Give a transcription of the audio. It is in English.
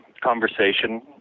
conversation